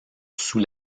sous